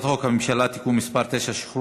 חוק הממשלה (תיקון מס' 9) (שחרור